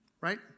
right